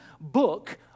book